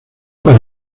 para